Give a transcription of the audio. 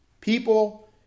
People